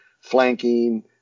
flanking